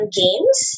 games